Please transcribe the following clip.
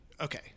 okay